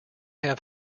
have